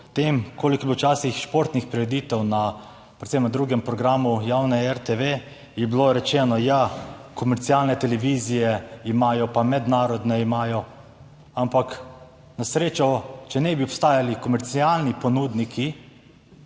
tem, koliko je bilo včasih športnih prireditev na, predvsem na 2. programu javne RTV je bilo rečeno, ja, komercialne televizije imajo pa mednarodne imajo. Ampak na srečo, če ne bi obstajali komercialni ponudniki